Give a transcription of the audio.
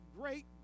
great